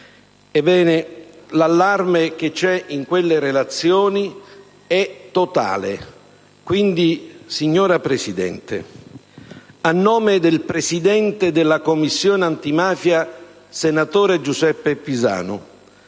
Ebbene, l'allarme contenuto in quelle relazioni è totale: quindi, signora Presidente, a nome del presidente della Commissione antimafia, senatore Giuseppe Pisanu,